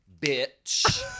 bitch